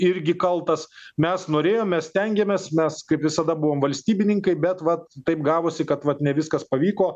irgi kaltas mes norėjom mes stengiamės mes kaip visada buvom valstybininkai bet vat taip gavosi kad vat ne viskas pavyko